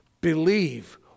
Believe